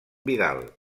vidal